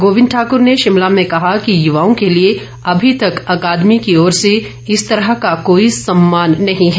गोविन्द ठाकुर ने शिमला में कहा कि युवाओं के लिए अभी तक अकादमी की ओर से इस तरह का कोई सम्मान नही है